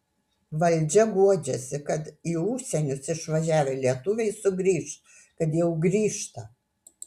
valdžia guodžiasi kad į užsienius išvažiavę lietuviai sugrįš kad jau grįžta